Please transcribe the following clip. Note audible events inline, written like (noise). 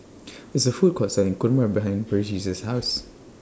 (noise) There IS A Food Court Selling Kurma behind Burgess' House